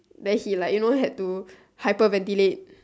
then he like you know had to hyperventilate